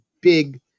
big